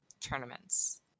tournaments